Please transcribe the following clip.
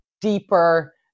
deeper